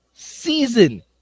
season